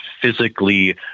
physically